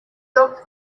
talk